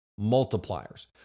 multipliers